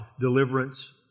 deliverance